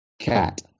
cat